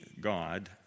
God